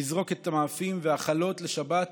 לזרוק את המאפים והחלות לשבת